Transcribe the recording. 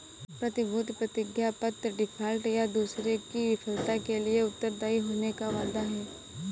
प्रतिभूति प्रतिज्ञापत्र डिफ़ॉल्ट, या दूसरे की विफलता के लिए उत्तरदायी होने का वादा है